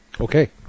Okay